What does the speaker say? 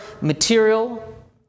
material